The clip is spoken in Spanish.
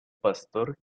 pastor